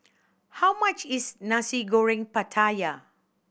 how much is Nasi Goreng Pattaya